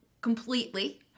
completely